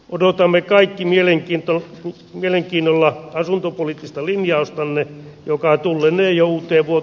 odotamme kaikki mielenkiinto nyt mielenkiinnolla asuntopoliittista linjaustanne joka tultaneen jouni tervo